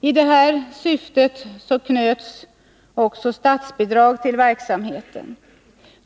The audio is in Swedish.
I detta syfte knöts också statsbidrag till verksamheten.